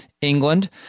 England